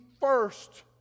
first